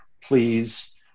please